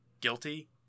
guilty